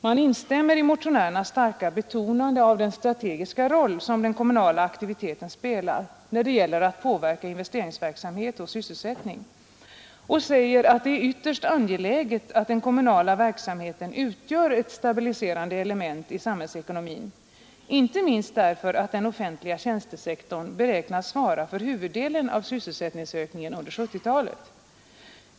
Man instämmer i motionärernas starka betonande av den strategiska roll som den kommunala aktiviteten spelar när det gäller att påverka investeringsverksamhet och sy säger att det är ytterst angeläget att svara för huvuddelen av sysselsättningsökningen under 1970-talet.